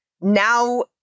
Now